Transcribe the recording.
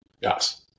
Yes